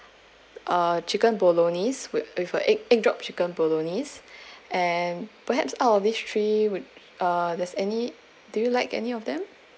uh chicken bolognese with with a egg drop chicken bolognese and perhaps out of this three would uh there's any do you like any of them